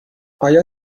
آیا